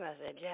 message